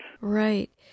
Right